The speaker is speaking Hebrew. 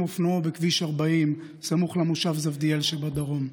אופנועו בכביש 40 סמוך למושב זבדיאל שבדרום.